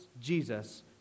Jesus